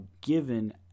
given